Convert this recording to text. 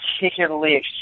particularly